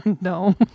No